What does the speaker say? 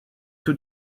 tout